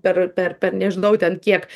per per per nežinau ten kiek